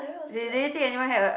did they think anyone had a